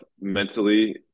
mentally